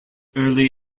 early